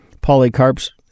Polycarp's